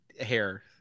hair